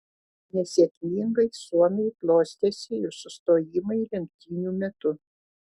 nesėkmingai suomiui klostėsi ir sustojimai lenktynių metu